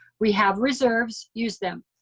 we have reserves, use them.